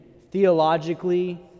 theologically